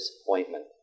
disappointment